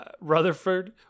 Rutherford